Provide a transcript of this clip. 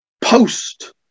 post